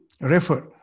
refer